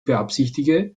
beabsichtige